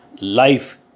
life